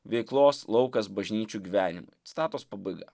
veiklos laukas bažnyčių gyvenimui citatos pabaiga